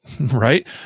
right